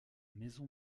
maison